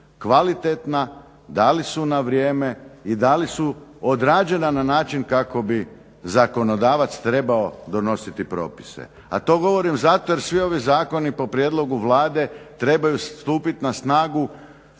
kvalitetna, da li su na vrijeme i da li su odrađena na način kako bi zakonodavac trebao donositi propise. A to govorim zato jer svi ovi zakoni po prijedlogu Vlade trebaju stupiti na snagu